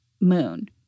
moon